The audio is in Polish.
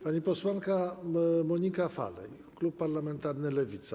Pani posłanka Monika Falej, klub parlamentarny Lewica.